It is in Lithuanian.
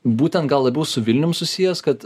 būtent gal labiau su vilnium susijęs kad